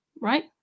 right